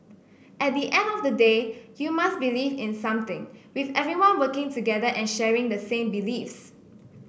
at the end of the day you must believe in something with everyone working together and sharing the same beliefs